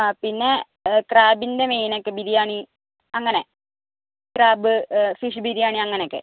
ആ പിന്നെ ക്രാബിന്റെ മീനൊക്കെ ബിരിയാണി അങ്ങനെ ക്രാബ് ഫിഷ് ബിരിയാണി അങ്ങനെയൊക്കെ